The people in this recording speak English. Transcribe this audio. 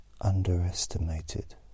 Underestimated